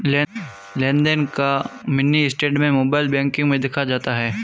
लेनदेन का mini statement mobile banking में दिख जाता है